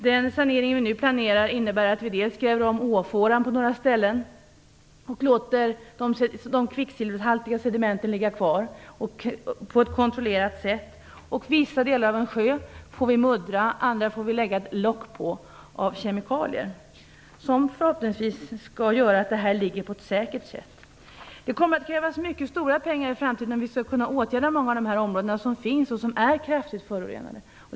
Den sanering som vi nu planerar innebär att vi dels gräver om åfåran på några ställen, dels låter de kvicksilverhaltiga sedimenten ligga kvar på ett kontrollerat sätt. Vissa delar av en sjö får vi muddra. Över andra får vi lägga ett lock av kemikalier. Förhoppningsvis ligger sedimenten därmed säkert. I framtiden kommer det att krävas mycket pengar för att vi skall kunna åtgärda många av de kraftigt förorenade områden som finns.